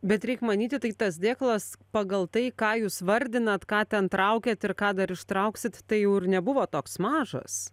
bet reik manyti tai tas dėklas pagal tai ką jūs vardinat ką ten traukėt ir ką dar ištrauksit tai jau ir nebuvo toks mažas